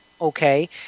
okay